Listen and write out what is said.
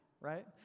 right